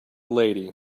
lady